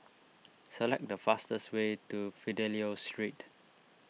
select the fastest way to Fidelio Street